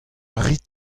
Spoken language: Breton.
rit